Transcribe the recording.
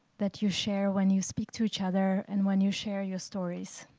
that you share when you speak to each other and when you share your stories.